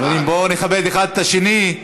חברים, בואו נכבד אחד את השני.